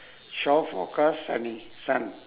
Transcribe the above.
shore forecast sunny sun